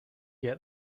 get